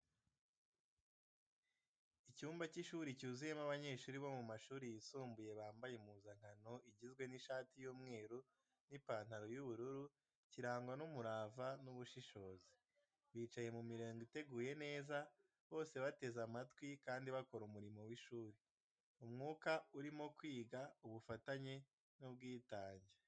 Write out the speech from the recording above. Icyumba cy’ishuri cyuzuyemo abanyeshuri bo mu mashuri yisumbuye bambaye impuzankano igizwe n’ishati y’umweru n’ipantaro y'ubuluu kirangwa n’umurava n’ubushishozi. Bicaye mu mirongo iteguye neza, bose bateze amatwi kandi bakora umurimo w’ishuri. Umwuka urimo kwiga, ubufatanye, n’ubwitange.